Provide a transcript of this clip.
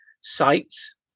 sites